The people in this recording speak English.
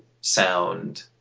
sound